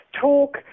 talk